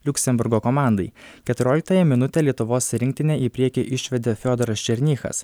liuksemburgo komandai keturioliktąją minutę lietuvos rinktinę į priekį išvedė fiodoras černychas